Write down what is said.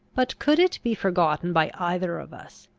but could it be forgotten by either of us,